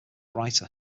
writer